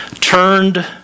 turned